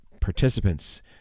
participants